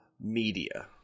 media